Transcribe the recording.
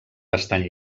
bastant